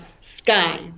sky